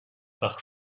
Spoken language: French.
par